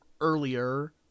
earlier